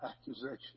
accusation